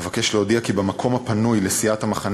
אבקש להודיע כי במקום הפנוי של סיעת המחנה